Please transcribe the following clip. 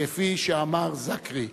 כפי שאמר זכי.